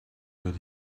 that